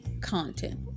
content